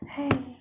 !hais!